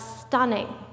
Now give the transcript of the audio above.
stunning